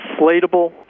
inflatable